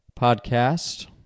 Podcast